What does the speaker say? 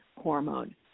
hormone